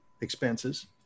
expenses